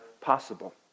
possible